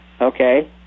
Okay